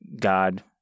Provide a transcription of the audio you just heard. God